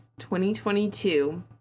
2022